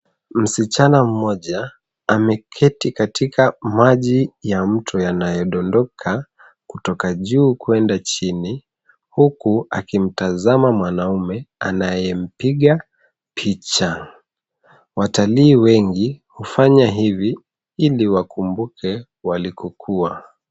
Msichana mmoja ameketi katika maji ya mto yanayodondoka kutoka juu kuenda chini, huku akimtazama mwanauma anayempiga picha. Watalii wengi hufanya hivi ili wakumbuke walikokuwa.